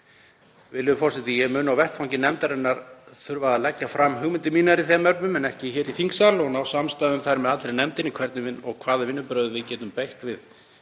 Virðulegur forseti. Ég mun á vettvangi nefndarinnar þurfa að leggja fram hugmyndir mínar í þeim efnum en ekki hér í þingsal og ná samstöðu um þær með allri nefndinni hvernig og hvaða vinnubrögð við getum beitt við